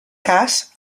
cas